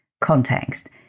context